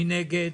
מי נגד?